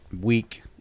week